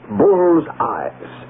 bullseyes